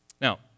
Now